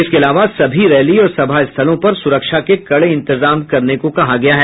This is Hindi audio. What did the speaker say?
इसके अलावा सभी रैली और सभा स्थलों पर सुरक्षा के कड़े इंतजाम करने को कहा गया है